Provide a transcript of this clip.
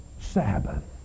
Sabbath